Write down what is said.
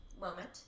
moment